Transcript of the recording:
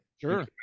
sure